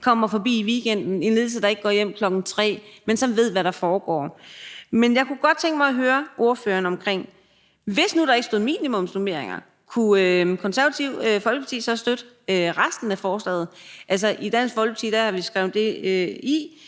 kommer forbi i weekenden; en ledelse, der ikke går hjem kl. 15, men som ved, hvad der foregår. Men jeg kunne godt tænke mig at høre ordføreren: Hvis nu der ikke stod minimumsnormeringer, kunne Det Konservative Folkeparti så støtte resten af forslaget? Altså, i Dansk Folkeparti har vi skrevet det ind